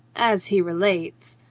as he relates,